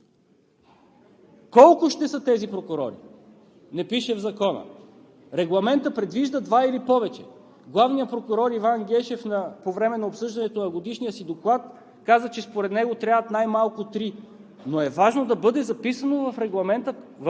Колко ще са тези прокурори? Не пише в Закона. Регламентът предвижда два или повече. Главният прокурор Иван Гешев по време на обсъждането на Годишния си доклад каза, че според него трябват най-малко три, но е важно да бъде записано в нашия законопроект